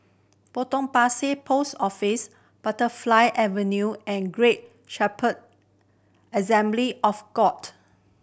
Potong Pasir Post Office Butterfly Avenue and Great Shepherd Assembly of God